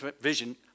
vision